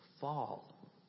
fall